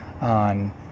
on